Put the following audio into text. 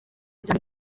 cyane